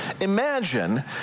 Imagine